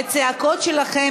והצעקות שלכם